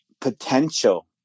potential